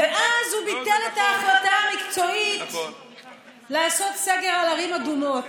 ואז הוא ביטל את העבודה המקצועית לעשות סגר על ערים אדומות.